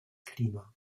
klima